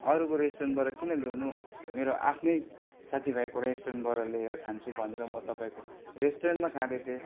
अरूको रेस्टुरेन्टबाट किन ल्याउनु मेरो आफ्नै साथीभाइको रेस्टुरेन्टबाट ल्याएर खान्छु भनेर म तपाईँको रेस्टुरेन्टमा खाँदैथेँ